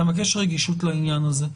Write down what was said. אבקש רגישות לעניין הזה.